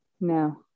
No